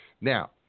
Now